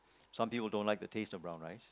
some people don't like the taste of brown rice